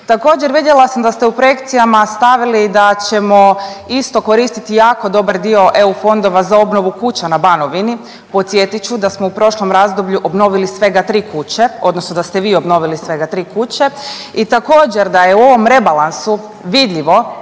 Također vidjela sam u projekcijama stavili da ćemo isto koristiti jako dobar dio eu fondova za obnovu kuća na Banovini. Podsjetit ću da smo u prošlom razdoblju obnovili svega tri kuće odnosno da ste vi obnovili svega tri kuće i također da je u ovom rebalansu vidljivo